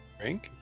drink